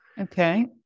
Okay